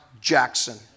Jackson